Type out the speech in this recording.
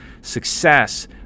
success